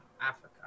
africa